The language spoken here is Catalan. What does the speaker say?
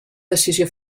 decisió